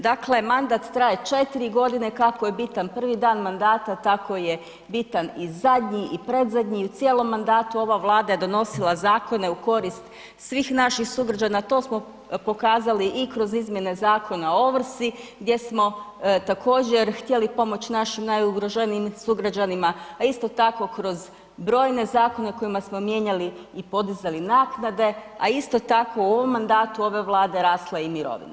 Dakle, mandat traje 4 godine, kako je bitan prvi dan mandata, tako je bitan i zadnji i predzadnji i u cijelom mandatu ova Vlada je donosila zakone u korist svih naših sugrađana, to smo pokazali i kroz izmjene Zakona o ovrsi gdje smo također, htjeli pomoći našim najugroženijim sugrađanima, a isto tako, kroz brojne zakone kojima smo mijenjali i podizali naknade, a isto tako u ovom mandatu ove Vlade, rasla je i mirovina.